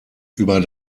über